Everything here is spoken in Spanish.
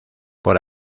por